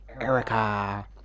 Erica